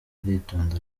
aritonda